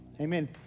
Amen